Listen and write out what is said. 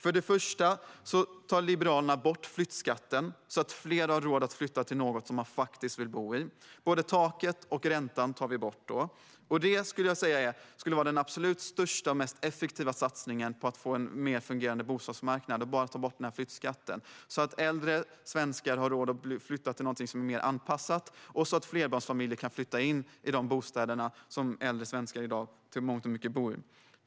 För det första vill Liberalerna ta bort flyttskatten, så att fler har råd att flytta till något som de faktiskt vill bo i. Vi vill ta bort både taket och räntan. Det skulle vara den absolut största och mest effektiva satsningen för att få en bättre fungerande bostadsmarknad, så att äldre svenskar har råd att flytta till någonting som är mer anpassat för dem och så att flerbarnsfamiljer kan flytta in i de bostäder som många äldre svenskar i dag bor i.